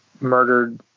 murdered